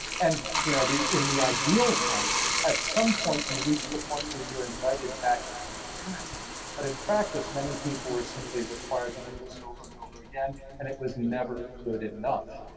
and you know in the ideal sense, at some point, you reach the point where you're invited back into the community but in practice, many people are simply required to do this over and over again and it was never good enough.